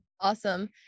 awesome